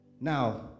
Now